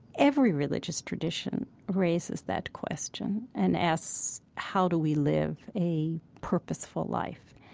every religious tradition raises that question and asks how do we live a purposeful life?